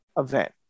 event